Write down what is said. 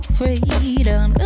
freedom